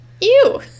Ew